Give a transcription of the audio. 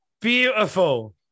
Beautiful